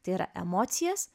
tai yra emocijas